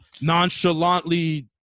nonchalantly